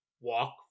walk